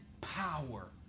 power